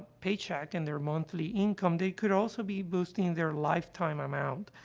paycheck and their monthly income, they could also be boosting their lifetime amount,